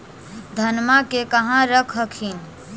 धनमा के कहा रख हखिन?